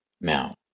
Now